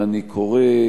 ואני קורא,